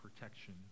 protection